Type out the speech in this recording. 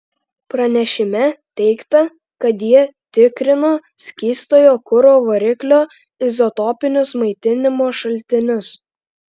pranešime teigta kad jie tikrino skystojo kuro variklio izotopinius maitinimo šaltinius